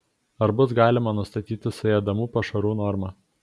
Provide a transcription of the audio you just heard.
ar bus galima nustatyti suėdamų pašarų normą